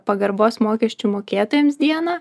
pagarbos mokesčių mokėtojams dieną